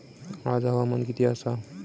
आज हवामान किती आसा?